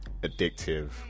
Addictive